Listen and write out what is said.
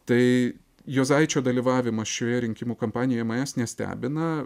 tai juozaičio dalyvavimas šioje rinkimų kampanijoje manęs nestebina